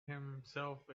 himself